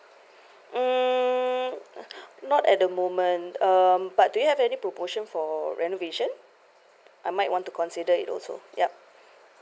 mm not at the moment um but do you have any proportion for renovation I might want to consider it also yup